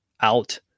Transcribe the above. out